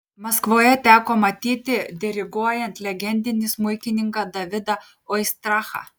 maskvoje teko matyti diriguojant legendinį smuikininką davidą oistrachą